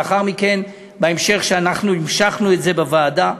לאחר מכן המשכנו את זה בוועדה.